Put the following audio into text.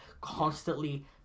constantly